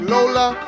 Lola